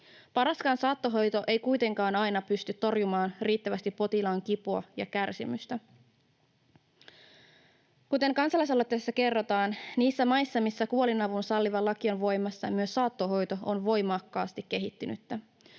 Paraskaan saattohoito ei kuitenkaan aina pysty torjumaan riittävästi potilaan kipua ja kärsimystä. Kuten kansalaisaloitteessa kerrotaan, niissä maissa, missä kuolinavun salliva laki on voimassa, myös saattohoito on voimakkaasti kehittynyttä.